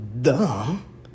dumb